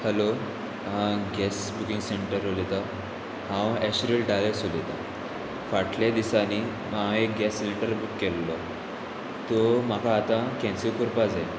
hello gas booking centre उलयतां हांव Anthony Dias उलयतां फाटल्या दिसांनी हांव एक गॅस सिलिंडर बूक केल्लो तो म्हाका आतां कॅन्सील करपा जाय